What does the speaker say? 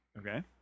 Okay